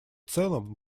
целом